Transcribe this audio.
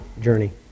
journey